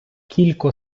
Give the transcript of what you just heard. кілько